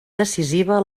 decisiva